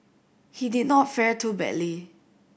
he did not fare too badly